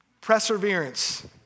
Perseverance